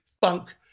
funk